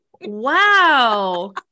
Wow